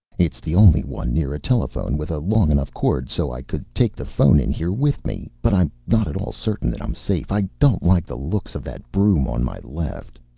it's the only one near a telephone with a long enough cord so i could take the phone in here with me. but i'm not at all certain that i'm safe. i don't like the looks of that broom on my left.